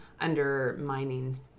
undermining